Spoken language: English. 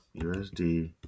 USD